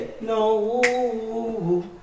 no